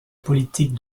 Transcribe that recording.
politique